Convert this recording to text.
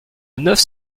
neuf